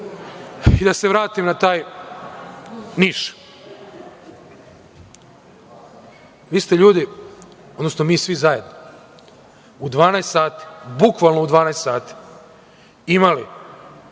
i da se vratim na taj Niš. Vi ste ljudi, odnosno mi svi zajedno u 12,00 sati, bukvalno u 12,00 sati imali